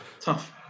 tough